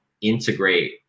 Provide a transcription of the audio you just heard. integrate